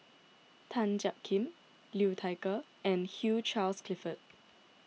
Tan Jiak Kim Liu Thai Ker and Hugh Charles Clifford